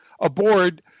aboard